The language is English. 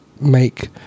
make